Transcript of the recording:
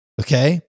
Okay